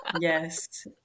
Yes